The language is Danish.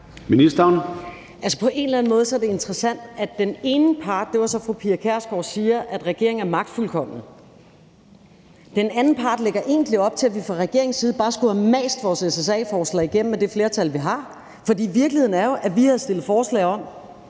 på en eller anden måde er det interessant, at den ene part, og det var så fru Pia Kjærsgaard, siger, at regeringen er magtfuldkommen, og at den anden part egentlig lægger op til, at vi fra regeringens side bare skulle have mast vores SSA-forslag igennem med det flertal, vi har. For virkeligheden er jo, at vi har stillet forslag om,